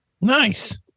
Nice